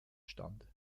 stand